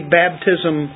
baptism